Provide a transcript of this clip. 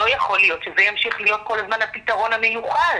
לא יכול להיות שזה ימשיך להיות כל הזמן הפתרון המיוחל,